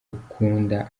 ukunda